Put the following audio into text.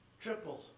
triple